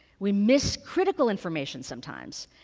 we miss critical information sometimes,